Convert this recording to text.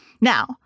Now